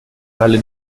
alle